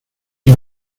una